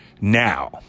now